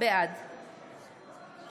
בעד יריב לוין, בעד נעמה לזימי,